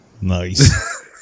Nice